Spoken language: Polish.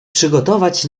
przygotować